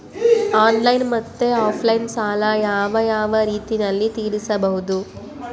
Online ಮತ್ತೆ offline ಸಾಲ ಯಾವ ಯಾವ ರೇತಿನಲ್ಲಿ ತೇರಿಸಬಹುದು?